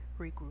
regroup